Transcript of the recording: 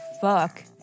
fuck